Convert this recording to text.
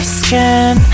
skin